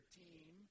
team